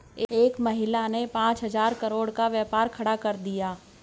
एक महिला ने पांच हजार करोड़ का व्यापार खड़ा कर दिया